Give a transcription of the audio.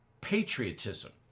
patriotism